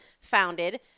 founded